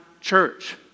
church